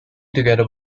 together